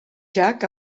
jack